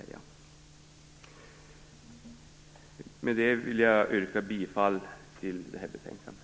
Med detta vill jag yrka bifall till hemställan i det här betänkandet.